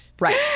Right